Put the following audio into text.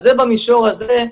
זה במישור הזה,